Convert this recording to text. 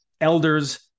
elders